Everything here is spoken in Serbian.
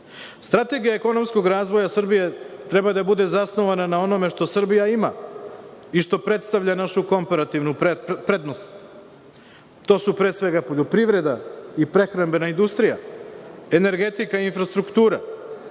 potrebna. Strategija ekonomskog razvoja Srbije treba da bude zasnovana na onome što Srbija ima i što predstavlja našu komparativnu pretpostavku. To su, pre svega poljoprivreda i prehrambena industrija, energetika i infrastruktura,